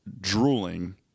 drooling